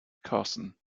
carson